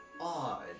odd